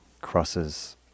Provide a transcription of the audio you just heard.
crosses